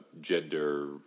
gender